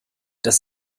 das